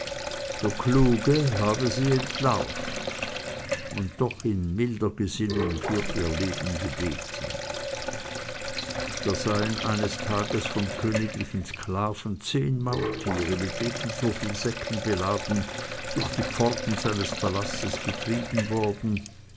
der kluge habe sie entlarvt doch in milder gesinnung für ihr leben gebeten da seien eines tages von königlichen sklaven zehn maultiere mit ebenso vielen säcken beladen durch die pforten seines palastes getrieben worden